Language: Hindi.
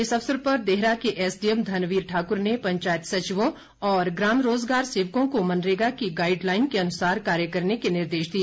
इस अवसर पर देहरा के एसडीएम धनवीर ठाकुर ने पंचायत सचिवों और ग्राम रोजगार सेवकों को मनरेगा की गाइडलाइन के अनुसार कार्य करने के निर्देश दिए